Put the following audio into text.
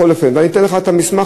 אני אתן לך את המסמך.